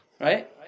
right